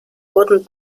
wurden